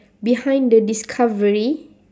behind the discovery